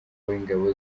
w’ingabo